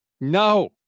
No